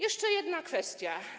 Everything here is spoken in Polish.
Jeszcze jedna kwestia.